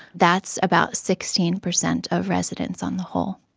that's about sixteen percent of residents on the whole.